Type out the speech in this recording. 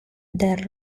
del